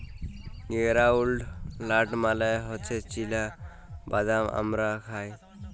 গেরাউলড লাট মালে হছে চিলা বাদাম আমরা খায়